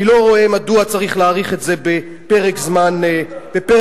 אני לא רואה מדוע צריך להאריך את זה בפרק זמן כזה.